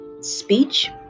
speech